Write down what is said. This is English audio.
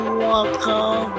welcome